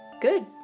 good